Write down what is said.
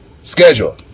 schedule